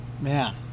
man